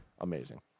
amazing